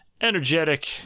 energetic